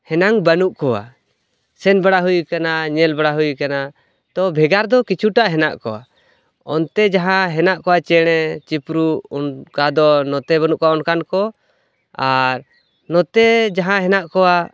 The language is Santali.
ᱦᱮᱱᱟᱝ ᱵᱟ ᱱᱩᱜ ᱠᱚᱣᱟ ᱥᱮᱱ ᱵᱟᱲᱟ ᱦᱩᱭ ᱠᱟᱱᱟ ᱧᱮᱞ ᱵᱟᱲᱟ ᱦᱩᱭ ᱠᱟᱱᱟ ᱛᱚ ᱵᱷᱮᱜᱟᱨ ᱫᱚ ᱠᱤᱪᱷᱩ ᱴᱟᱜ ᱦᱮᱱᱟᱜ ᱠᱚᱣᱟ ᱚᱱᱛᱮ ᱡᱟᱦᱟᱸ ᱦᱮᱱᱟᱜ ᱠᱚᱣᱟ ᱪᱮᱬᱮ ᱪᱤᱯᱨᱩᱫ ᱚᱱᱠᱟ ᱫᱚ ᱱᱚᱛᱮ ᱵᱟᱹᱱᱩᱜ ᱠᱚᱣᱟ ᱚᱱᱠᱟᱱ ᱠᱚ ᱟᱨ ᱱᱚᱛᱮ ᱡᱟᱦᱟᱸ ᱦᱮᱱᱟᱜ ᱠᱚᱣᱟ